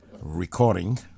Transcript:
recording